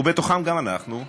ובתוכם גם אנחנו,